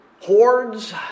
hordes